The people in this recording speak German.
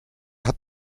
hat